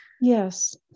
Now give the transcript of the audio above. Yes